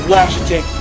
Washington